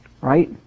right